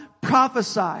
prophesy